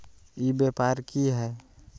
ई व्यापार की हाय?